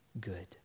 good